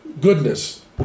goodness